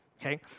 Okay